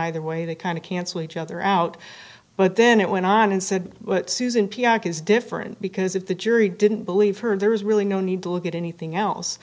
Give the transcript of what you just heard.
either way they kind of cancel each other out but then it went on and said susan p r is different because if the jury didn't believe her there's really no need to look at anything else